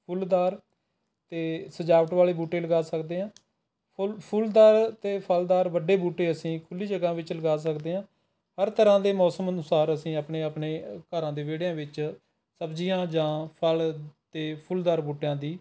ਫੁੱਲਦਾਰ ਅਤੇ ਸਜਾਵਟ ਵਾਲੇ ਬੂਟੇ ਲਗਾ ਸਕਦੇ ਹਾਂ ਫੁੱਲ ਫੁੱਲਦਾਰ ਅਤੇ ਫ਼ਲਦਾਰ ਵੱਡੇ ਬੂਟੇ ਅਸੀਂ ਖੁੱਲ੍ਹੀ ਜਗ੍ਹਾ ਵਿੱਚ ਲਗਾ ਸਕਦੇ ਹਾਂ ਹਰ ਤਰ੍ਹਾਂ ਦੇ ਮੌਸਮ ਅਨੁਸਾਰ ਅਸੀਂ ਆਪਣੇ ਆਪਣੇ ਘਰਾਂ ਦੇ ਵਿਹੜਿਆਂ ਵਿੱਚ ਸਬਜ਼ੀਆਂ ਜਾਂ ਫਲ਼ ਅਤੇ ਫੁੱਲਦਾਰ ਬੂਟਿਆਂ ਦੀ